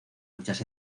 muchas